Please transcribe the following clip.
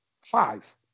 five